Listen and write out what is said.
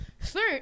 Third